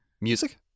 Music